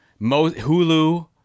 Hulu